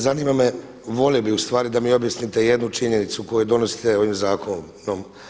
Zanima me, volio bih ustvari da mi objasnite jednu činjenicu koju donosite ovim zakonom.